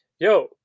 yo